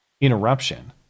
interruption